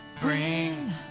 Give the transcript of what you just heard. bring